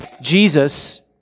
Jesus